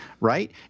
right